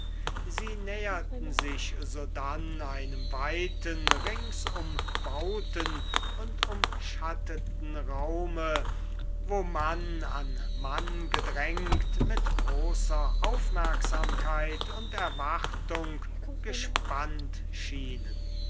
sie näherten sich sodann einem weiten rings umbauten und umschatteten raume wo mann an mann gedrängt mit großer aufmerksamkeit und erwartung gespannt schienen